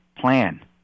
plan